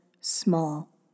small